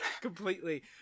completely